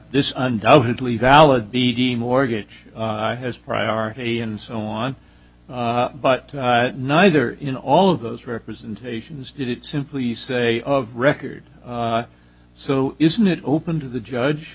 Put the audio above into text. this undoubtedly valid b d mortgage has priority and so on but neither in all of those representations did it simply say of record so isn't it open to the judge